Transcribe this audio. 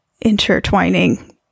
intertwining